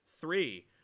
Three